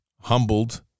humbled